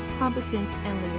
competence, and